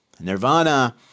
Nirvana